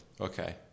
Okay